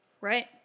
right